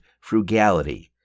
frugality